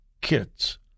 kids